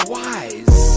wise